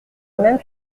même